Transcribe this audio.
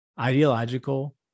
ideological